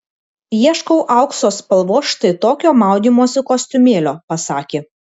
ieškau aukso spalvos štai tokio maudymosi kostiumėlio pasakė